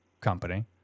company